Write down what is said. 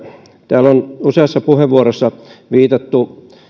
täällä on useassa puheenvuorossa viitattu